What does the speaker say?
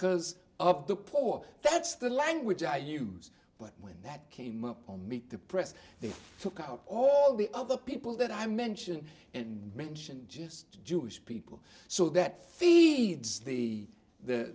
s of the poor that's the language i use but when that came up on meet the press they took out all the other people that i mention and mention just jewish people so that feeds the the